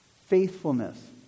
Faithfulness